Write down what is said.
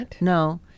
No